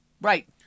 Right